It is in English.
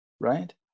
right